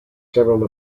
several